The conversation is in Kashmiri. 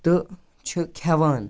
تہٕ چھِ کھیٚوان